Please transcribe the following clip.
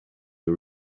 you